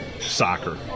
soccer